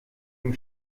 dem